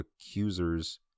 accusers